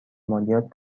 مالیات